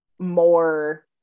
more